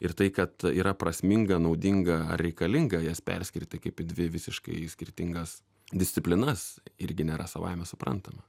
ir tai kad yra prasminga naudinga ar reikalinga jas perskirti kaip į dvi visiškai skirtingas disciplinas irgi nėra savaime suprantama